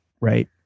right